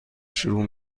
شروع